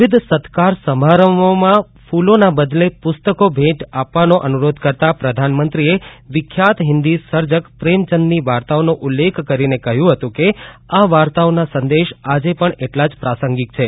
વિવિધ સત્કાર સમારંભોમાં ફુલોના બદલે પુસ્તકો ભેટ આપવાનો અનુરોધ કરતાં પ્રધાનમંત્રીએ વિખ્યાત હિંદી સર્જક પ્રેમચંદની વાર્તાઓનો ઉલ્લેખ કરીને કહયું હતું કે આ વાર્તાઓના સંદેશ આજે પણ એટલા જ પ્રાસંગીક છે